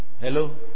Hello